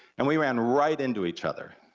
and we ran right into each other.